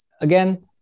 again